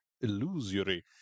illusory